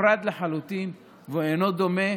נפרד לחלוטין, והוא אינו דומה